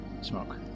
smoke